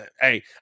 Hey